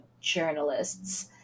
journalists